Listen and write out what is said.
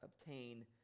obtain